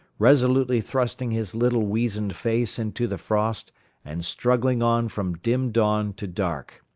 resolutely thrusting his little weazened face into the frost and struggling on from dim dawn to dark.